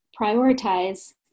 prioritize